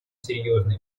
серьезны